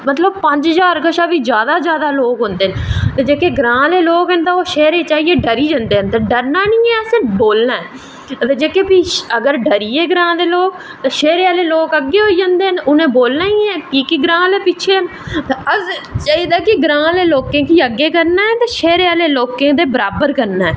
मतलव पंज ज्हार कशा दा बी जादा जादा लोग होंदे न ते जेह्के ग्रांऽ दे लोग न ओह् शैह्र च आईयै डरी जंदे न ते डरना नी ऐ असें बोलना ऐ ते जेह्के फ्ही डरी गे ग्रांऽ दे लोग शैह्रे आह्ले लोग अग्गैं होई जंदे न उनैं बोलना गै ऐ की के ग्रांऽ आह्ले पिच्छें न असेंगी चाही दी ऐ कि ग्रांऽ आह्ले लोकें गी अग्गैं करना ऐ ते शैह्रे आह्लें लोकें दे बराबर करना ऐ